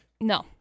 No